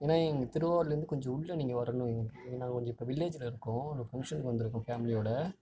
ஏன்னால் எங்களுக்கு திருவாரூர்லேருந்து கொஞ்சம் உள்ளே நீங்கள் வரணும் எங் நாங்கள் இப்போ கொஞ்சம் வில்லேஜில் இருக்கோம் ஒரு ஃபங்க்ஷனுக்கு வந்திருக்கோம் ஃபேமிலியோடு